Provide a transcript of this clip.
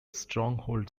stronghold